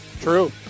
True